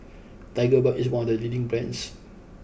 Tigerbalm is one of the leading brands